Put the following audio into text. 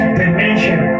dimension